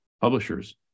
publishers